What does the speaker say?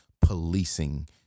policing